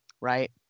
right